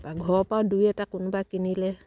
ঘৰৰ পৰাও দুই এটা কোনোবাই কিনিলে